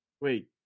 wait